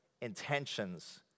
intentions